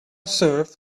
serve